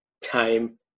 time